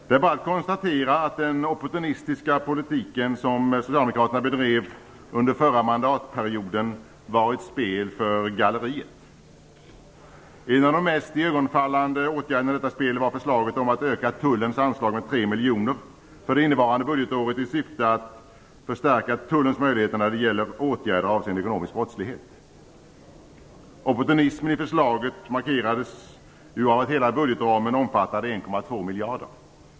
Det är bara att konstatera att den opportunistiska politik som socialdemokraterna bedrev under förra mandatperioden var ett spel för galleriet. En av de mest iögonfallande åtgärderna i detta spel var förslaget om att öka Tullens anslag med 3 miljoner för det innevarande budgetåret i syfte att förstärka tullens möjligheter när det gäller åtgärder avseende ekonomisk brottslighet. Opportunismen i förslaget markerades av att hela budgetramen omfattade 1,2 miljarder.